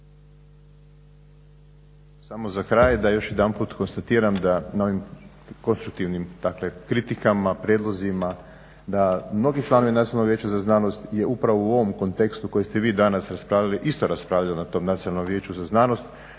samo za kraj da još jedanput konstatiram da na ovim konstruktivnim, dakle kritikama, prijedlozima, na … vijeću za znanost je upravo u ovom kontekstu koji ste vi danas raspravili isto raspravljali na tom Nacionalnom vijeću za znanost.